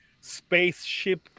spaceship